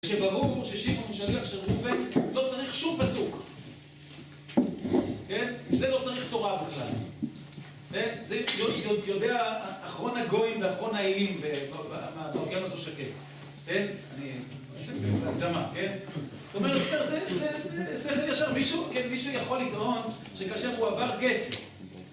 שברור ששמעון הוא שליח של ראובן, לא צריך שום פסוק. כן? בשביל זה לא צריך תורה בכלל. כן? זה יודע אחרון הגויים ואחרון האיים, ולא, מה, אוקיינוס הוא שקט, כן? אני, בהגזמה, כן? זאת אומרת, זה, זה, זה, זה, שכל ישר מישהו? כן, מי שיכול לטעון שכאשר הוא עבר גזל,